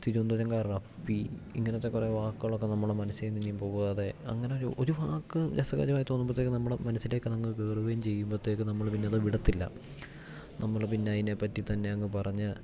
തിരുവനന്തപുരംകാർ അപ്പി ഇങ്ങനത്തെ കുറെ വാക്കുകൾ ഒക്കെ നമ്മുടെ മനസ്സിൽ നിന്നും പോവാതെ അങ്ങനെ ഒരു വാക്ക് രസകരമായി തോന്നുമ്പത്തേക്ക് നമ്മുടെ മനസിലേക്കതങ്ങ് കയറുകയും ചെയ്യുമ്പത്തേക്ക് നമ്മള് പിന്നെത് വിടത്തില്ല നമ്മള് പിന്നെ അതിനെപ്പറ്റി തന്നെ അങ്ങ് പറഞ്ഞ്